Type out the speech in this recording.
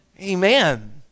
Amen